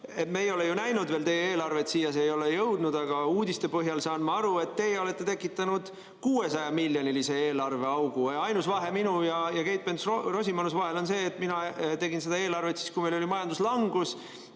Me ei ole veel näinud teie eelarvet, siia ei ole see jõudnud, aga uudiste põhjal saan ma aru, et teie olete tekitanud 600-miljonilise eelarveaugu. Ainus vahe minu ja ja Keit Pentus-Rosimannuse vahel on see, et mina tegin seda eelarvet siis, kui meil oli majanduslangus,